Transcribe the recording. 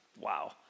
Wow